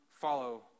follow